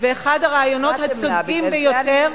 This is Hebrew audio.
אחד הרעיונות הצודקים ביותר.